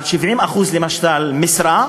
למשל על 70% משרה,